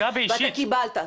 ואתה קיבלת.